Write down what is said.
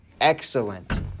excellent